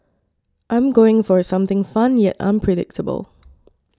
I'm going for something fun yet unpredictable